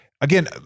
again